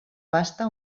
pasta